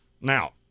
Now